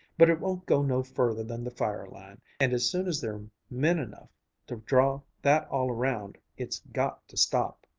but it won't go no further than the fire-line, and as soon as there're men enough to draw that all around, it's got to stop!